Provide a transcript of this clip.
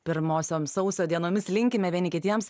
pirmosiom sausio dienomis linkime vieni kitiems